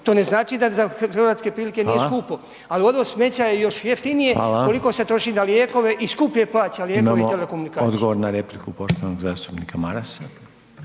to ne znači da hrvatske prilike nije skupo ali odvoz smeća je još jeftinije koliko se troši na lijekove i skuplje plaća lijekove i telekomunikacije. **Reiner, Željko (HDZ)** Hvala. Imamo odgovor na repliku poštovanog zastupnika Marasa.